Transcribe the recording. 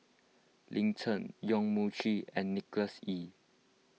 Lin Chen Yong Mun Chee and Nicholas Ee